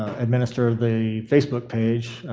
administer the facebook page,